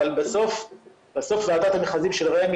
אבל בסוף ועדת המכרזים של רמ"י,